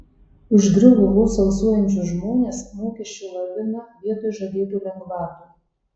užgriuvo vos alsuojančius žmones mokesčių lavina vietoj žadėtų lengvatų